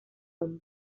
hombre